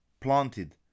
planted